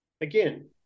again